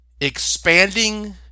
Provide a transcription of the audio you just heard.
expanding